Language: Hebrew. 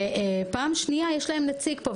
פעם שנייה, יש להם נציג כאן.